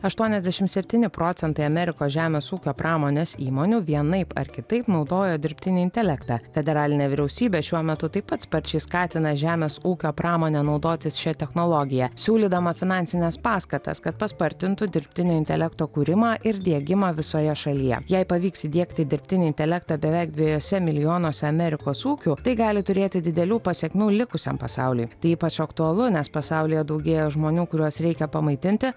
aštuoniasdešimt septyni procentai amerikos žemės ūkio pramonės įmonių vienaip ar kitaip naudojo dirbtinį intelektą federalinė vyriausybė šiuo metu taip pat sparčiai skatina žemės ūkio pramonę naudotis šia technologija siūlydama finansines paskatas kad paspartintų dirbtinio intelekto kūrimą ir diegimą visoje šalyje jei pavyks įdiegti dirbtinį intelektą beveik dviejuose milijonuose amerikos ūkių tai gali turėti didelių pasekmių likusiam pasauliui tai ypač aktualu nes pasaulyje daugėja žmonių kuriuos reikia pamaitinti